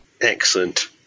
Excellent